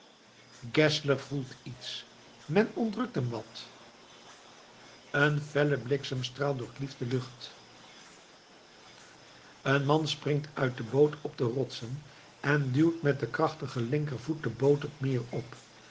voelt iets men ontrukt hem wat een felle bliksemstraal doorklieft de lucht een man springt uit de boot op de rotsen en duwt met den krachtigen linkervoet de boot het meer op